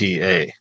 TA